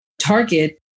target